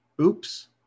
Oops